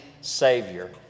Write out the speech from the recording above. Savior